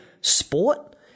sport